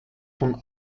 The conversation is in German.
von